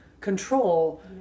control